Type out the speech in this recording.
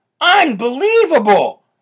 Unbelievable